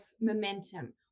momentum